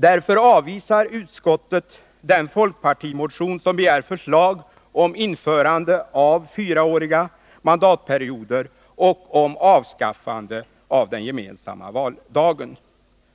Därför avvisar utskottet den folkpartimotion som begär förslag om införande av fyraåriga mandatperioder och om avskaffande av den gemensamma valdagen.